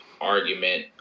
argument